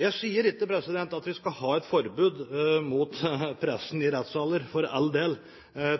Jeg sier ikke at vi skal ha et forbud mot pressen i rettssaler – for all del.